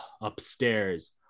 upstairs